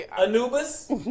Anubis